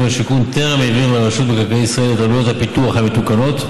והשיכון טרם העביר לרשות מקרקעי ישראל את עלויות הפיתוח המתוקנות,